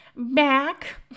back